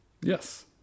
Yes